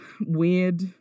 weird